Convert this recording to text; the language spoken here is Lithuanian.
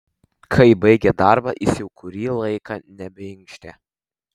kai baigė darbą jis jau kurį laiką nebeinkštė